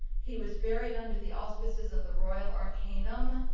he was buried under the auspices of the royal arcanum,